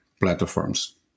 platforms